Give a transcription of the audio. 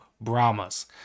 brahmas